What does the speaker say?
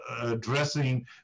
addressing